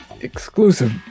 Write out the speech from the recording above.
exclusive